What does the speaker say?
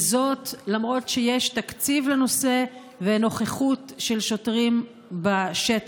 וזאת למרות שיש תקציב לנושא ונוכחות של שוטרים בשטח.